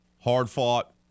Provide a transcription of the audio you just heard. Hard-fought